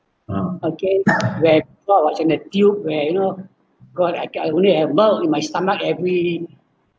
okay where so I was in a tube where you know got I only have milk in my stomach every